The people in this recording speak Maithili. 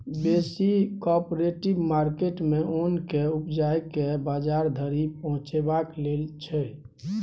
बेसी कॉपरेटिव मार्केट मे ओन केँ उपजाए केँ बजार धरि पहुँचेबाक लेल छै